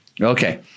Okay